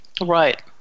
Right